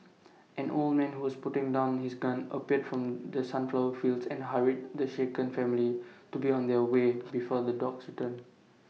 an old man who was putting down his gun appeared from the sunflower fields and hurried the shaken family to be on their way before the dogs return